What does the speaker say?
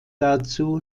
dazu